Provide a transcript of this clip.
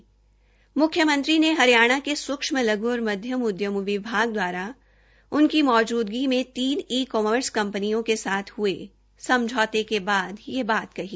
उपमुख्यमंत्री ने हरियाणा के सुक्ष्म लघ् और मध्यम उदयम विभाग दवारा उनकी मौजूदगी में तीन ई कॉमर्स कंपनियों के साथ हुए समझौते के बाद यह बात कही